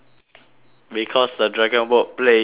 because the dragon boat plays you